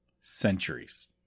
centuries